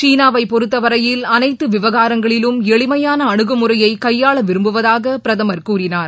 சீனாவைபொருத்தவரையில் அனைத்துவிவகாரங்களிலும் எளிமையான அனுகுமுறையைகையாளவிரும்புவதாகபிரதமர் கூறினார்